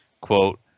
Quote